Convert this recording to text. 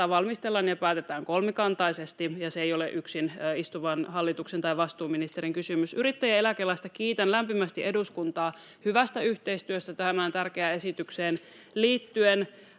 valmistellaan ja päätetään kolmikantaisesti, ja se ei ole yksin istuvan hallituksen tai vastuuministerin kysymys. Yrittäjäeläkelaista kiitän lämpimästi eduskuntaa hyvästä yhteistyöstä tähän tärkeään esitykseen liittyen.